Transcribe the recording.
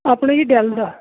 ਆਪਣੇ ਜੀ ਡੈੱਲ ਦਾ